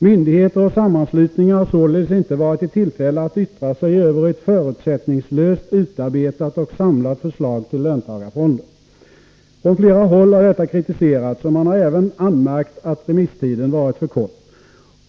Myndigheter och sammanslutningar har således inte varit i tillfälle att yttra sig över ett förutsättningslöst utarbetat och samlat förslag till löntagarfonder. Från flera håll har detta kritiserats och man har även anmärkt att remisstiden varit för kort.